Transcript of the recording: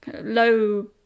low